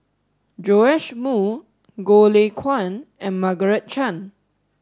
Joash Moo Goh Lay Kuan and Margaret Chan